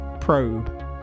Probe